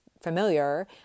familiar